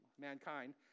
mankind